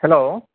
hello